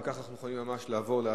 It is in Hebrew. אם כך, אנחנו יכולים ממש לעבור להצבעה.